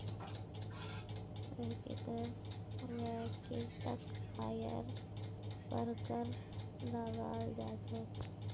व्यक्तिर वैयक्तिक आइर पर कर लगाल जा छेक